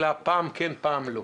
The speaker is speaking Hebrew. אלא פעם כן ופעם לא.